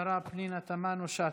השרה פנינה תמנו שטה.